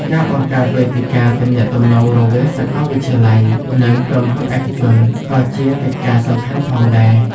ការបង្កើតវេទិកាទំនាក់ទំនងរវាងសាកលវិទ្យាល័យ និងក្រុមហ៊ុនឯកជន ក៏ជាកិច្ចការសំខាន់ផងដែរ។